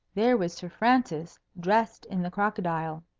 there was sir francis, dressed in the crocodile.